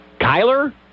Kyler